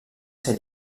ser